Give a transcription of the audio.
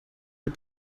but